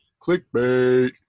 Clickbait